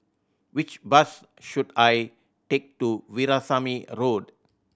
which bus should I take to Veerasamy Road